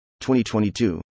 2022